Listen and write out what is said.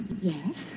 Yes